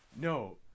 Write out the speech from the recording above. No